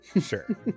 Sure